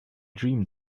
dream